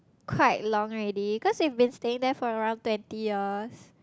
quite long already cause we have been staying there for around twenty years